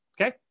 Okay